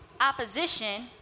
opposition